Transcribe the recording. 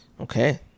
Okay